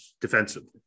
defensively